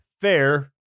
fair